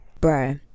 bro